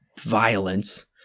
violence